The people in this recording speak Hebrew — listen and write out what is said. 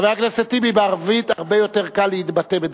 חבר הכנסת טיבי, בערבית הרבה יותר קל להתבטא בדקה.